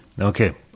Okay